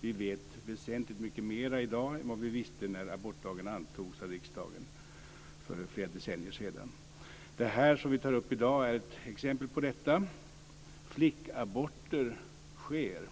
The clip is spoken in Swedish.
vi vet väsentligt mycket mer i dag än vad vi visste när abortlagen antogs av riksdagen för flera decennier sedan. Det som vi tar upp i dag är ett exempel på detta. Flickaborter sker.